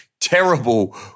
terrible